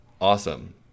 awesome